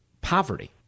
poverty